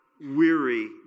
weary